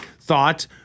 thought